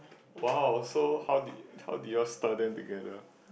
!wow! so how did how did you all stir them together